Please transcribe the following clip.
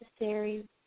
necessary